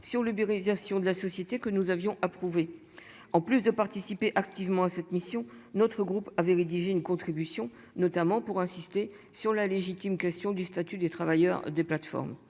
sur l'uberisation de la société que nous avions approuvé en plus de participer activement à cette mission. Notre groupe avait rédigé une contribution notamment pour insister sur la légitime question du statut des travailleurs des plateformes.